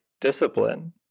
discipline